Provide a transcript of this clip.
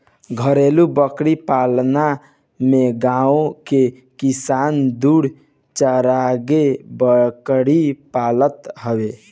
घरेलु बकरी पालन में गांव के किसान दू चारगो बकरी पालत हवे